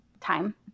time